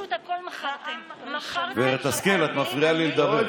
גב' השכל, את מפריעה לי לדבר.